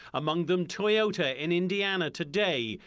among them, toyota and indiana today.